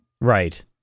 Right